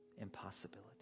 impossibility